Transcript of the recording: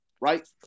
right